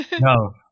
No